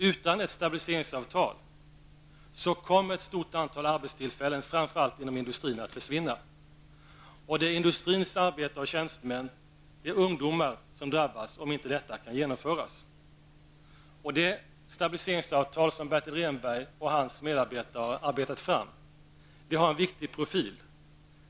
Utan ett stabiliseringsavtal kommer ett stort antal arbetstillfällen att försvinna, framför allt inom industrin. Och det är industrins arbetare och tjänstemän, ungdomar, som drabbas, om detta inte kan genomföras. Det stabiliseringsavtal som Bertil Rehnberg och hans medarbetare har arbetat fram har en viktig profil.